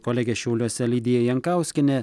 kolegė šiauliuose lidija jankauskienė